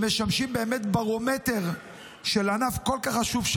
שמשמשים באמת ברומטר של ענף כל כך חשוב,